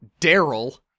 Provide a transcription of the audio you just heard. Daryl